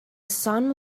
sun